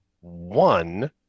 one